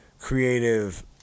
creative